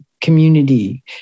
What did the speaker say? community